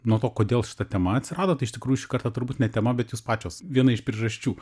nuo to kodėl šita tema atsirado tai iš tikrųjų šį kartą turbūt ne tema bet jūs pačios viena iš priežasčių